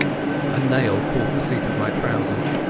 a nail caught the seat of my trousers,